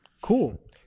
Cool